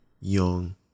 Young